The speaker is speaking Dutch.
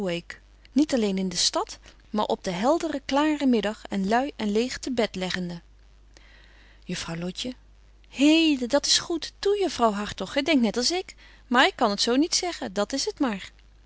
niet alleen in de stad maar op den helderen klaren middag en lui en leeg te bed leggende juffrouw lotje heden dat s goed toe juffrouw hartog gy denkt net als ik maar ik kan t zo niet zeggen dat is het maar